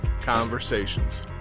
Conversations